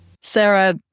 Sarah